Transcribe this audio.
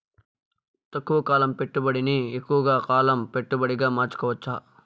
తక్కువ కాలం పెట్టుబడిని ఎక్కువగా కాలం పెట్టుబడిగా మార్చుకోవచ్చా?